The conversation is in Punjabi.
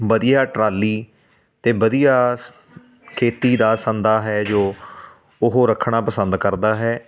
ਵਧੀਆ ਟਰਾਲੀ ਅਤੇ ਵਧੀਆ ਖੇਤੀ ਦਾ ਸੰਦਾਂ ਹੈ ਜੋ ਉਹ ਰੱਖਣਾ ਪਸੰਦ ਕਰਦਾ ਹੈ